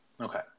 Okay